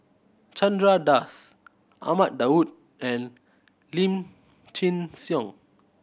Chandra Das Ahmad Daud and Lim Chin Siong